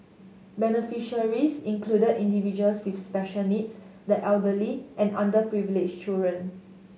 beneficiaries included individuals with special needs the elderly and underprivileged children